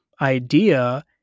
idea